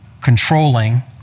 controlling